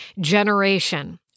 generation